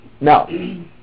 Now